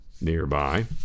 nearby